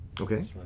Okay